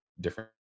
different